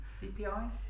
CPI